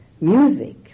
Music